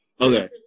Okay